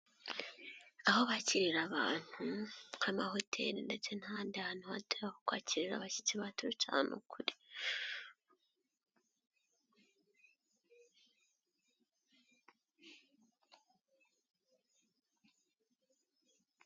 Aho bakirira abantu nk'amahoteli ndetse n'ahandi ho kwakirira abashyitsi baturutse ahantu kure.